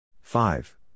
Five